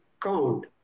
count